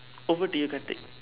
over do you Karthik